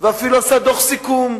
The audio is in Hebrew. ואפילו עשה דוח סיכום,